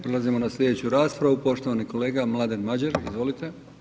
Prelazimo na sljedeću raspravu, poštovani kolega Mladen Madjer, izvolite.